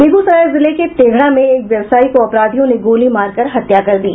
बेगूसराय जिले के तेघड़ा में एक व्यवसायी को अपराधियों ने गोली मारकर हत्या कर दी